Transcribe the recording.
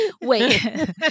Wait